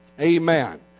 Amen